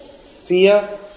fear